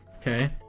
Okay